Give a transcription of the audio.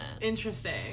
Interesting